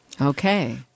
Okay